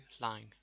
Lang